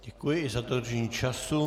Děkuji i za dodržení času.